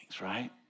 right